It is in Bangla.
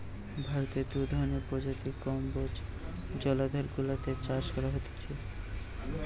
ভারতে দু ধরণের প্রজাতির কম্বোজ জলাধার গুলাতে চাষ করা হতিছে